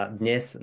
dnes